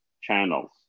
channels